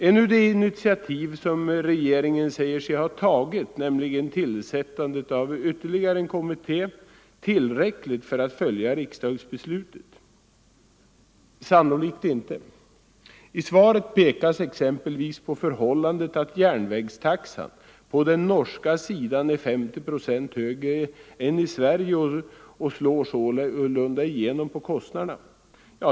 Är nu det initiativ som regeringen säger sig ha tagit, nämligen tillsättandet av ytterligare en kommitté, tillräckligt för att fullfölja riksdagsbeslutet? Sannolikt inte. I svaret pekas exempelvis på förhållandet att järnvägstaxan på den norska sidan är 50 procent högre än i Sverige och sålunda slår igenom på kostnaderna.